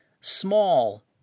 small